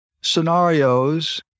scenarios